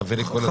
חברי כל הזמן.